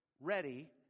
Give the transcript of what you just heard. ready